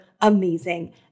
amazing